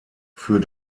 für